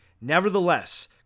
Nevertheless